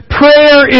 prayer